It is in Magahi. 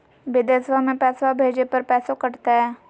बिदेशवा मे पैसवा भेजे पर पैसों कट तय?